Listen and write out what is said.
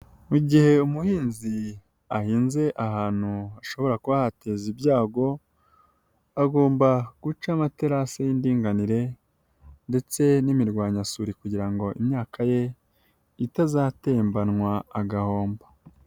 Mu gihe umuhinzi ahinze ahantu hashobora kuba hateza ibyago, agomba guca amaterasi y'indinganire ndetse n'imirwanyasuri kugira ngo imyaka ye itazatembanwa agahombo.